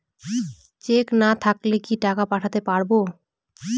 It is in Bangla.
চেক না থাকলে কি টাকা পাঠাতে পারবো না?